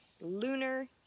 lunar